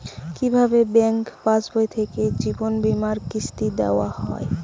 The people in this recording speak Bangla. কি ভাবে ব্যাঙ্ক পাশবই থেকে জীবনবীমার কিস্তি দেওয়া হয়?